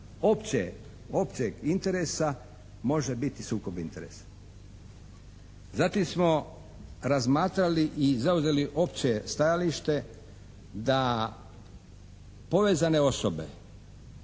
općeg interesa može biti sukob interesa. Zatim smo razmatrali i zauzeli opće stajalište da povezane osobe